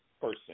person